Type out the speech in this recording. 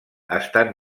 estan